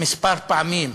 כמה פעמים,